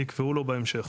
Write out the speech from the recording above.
ייקבעו לא בהמשך.